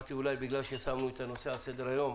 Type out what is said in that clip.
שאמרתי אולי בגלל ששמנו את הנושא על סדר היום,